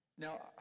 Now